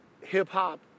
hip-hop